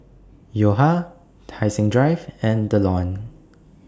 Yo Ha Tai Seng Drive and The Lawn